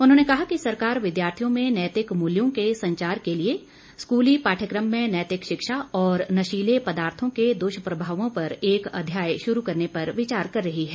उन्होंने कहा कि सरकार विद्यार्थियों में नैतिक मूल्यों के संचार के लिए स्कूली पाठ्यक्रम में नैतिक शिक्षा और नशीले पदार्थों के दुष्प्रभावों पर एक अध्याय शुरू करने पर विचार कर रही है